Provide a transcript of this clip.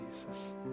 Jesus